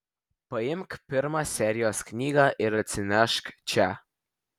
paimk pirmą serijos knygą ir atsinešk čia